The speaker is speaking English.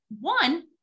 One